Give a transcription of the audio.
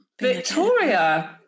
Victoria